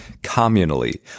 Communally